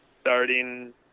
starting